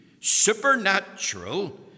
supernatural